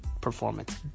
performance